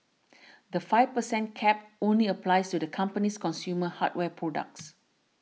the five per cent cap only applies to the company's consumer hardware products